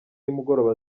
nimugoroba